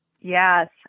Yes